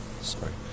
sorry